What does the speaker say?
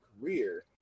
career